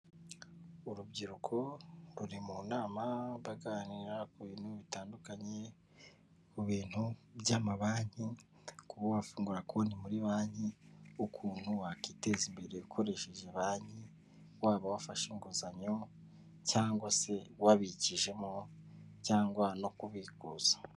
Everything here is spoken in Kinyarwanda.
Urubyiruko ruri mu nama baganira ku bintu bitandukanye, ku bintu by'amabanki kuba wafungura konti muri banki, ukuntu wakwiteza imbere ukoresheje banki, waba wafashe inguzanyo cyangwa se wabikijemo cyangwa no kubiguza.